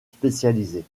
spécialisées